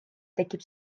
tekib